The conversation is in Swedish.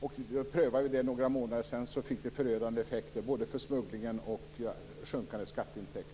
Vi prövade det några månader sedan, och det fick förödande effekter både för smugglingen och i form av sjunkande skatteintäkter.